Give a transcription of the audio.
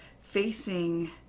facing